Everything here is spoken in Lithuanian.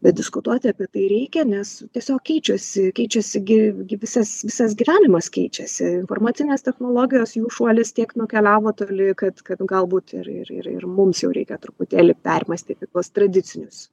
bet diskutuoti apie tai reikia nes tiesiog keičiasi keičiasi gi gi visas visas gyvenimas keičiasi informacinės technologijos jų šuolis tiek nukeliavo toli kad kad galbūt ir ir ir mums jau reikia truputėlį permastyti tuos tradicinius